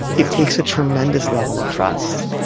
it takes a tremendous level of trust.